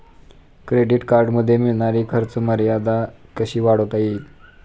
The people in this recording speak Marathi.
क्रेडिट कार्डमध्ये मिळणारी खर्च मर्यादा कशी वाढवता येईल?